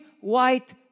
white